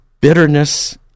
bitterness